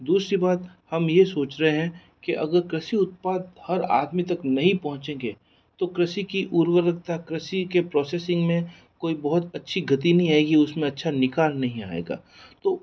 दूसरी बात हम ये सोच रहे हैं कि अगर कृषि उत्पादन हर आदमी तक नहीं पहुँचेंगे तो कृषि की उर्वरता कृषि के प्रोसेसिंग में कोई बहुत अच्छी गति नहीं आएगी उसमें अच्छा निखार नहीं आएगा तो